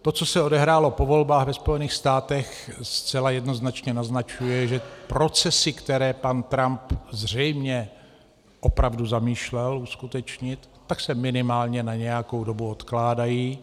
To, co se odehrálo po volbách ve Spojených státech, zcela jednoznačně naznačuje, že procesy, které pan Trump zřejmě opravdu zamýšlel uskutečnit, se minimálně na nějakou dobu odkládají.